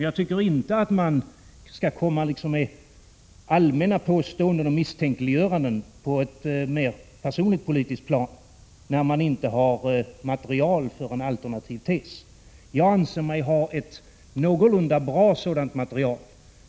Jag tycker inte att man skall komma med allmänna påståenden och misstänkliggöranden på ett personligt politiskt plan, när man inte har material för en alternativ tes. Jag anser mig ha ett någorlunda bra material.